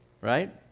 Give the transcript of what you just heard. right